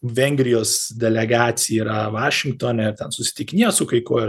vengrijos delegacija yra vašingtone ten susitikinėja su kai kuo